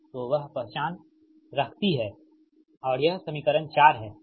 तो वह पहचान रखती है और यह समीकरण 4 है